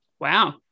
wow